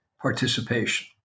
participation